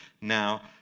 now